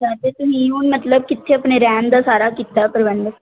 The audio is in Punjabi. ਅੱਛਾ ਤਾਂ ਤੁਸੀਂ ਹੁਣ ਮਤਲਬ ਕਿੱਥੇ ਆਪਣੇ ਰਹਿਣ ਦਾ ਸਾਰਾ ਕੀਤਾ ਪ੍ਰਬੰਧ